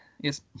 Yes